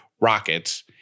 rockets